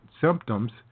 symptoms